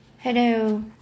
Hello